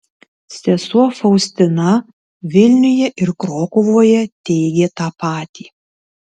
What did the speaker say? sesuo faustina vilniuje ir krokuvoje teigė tą patį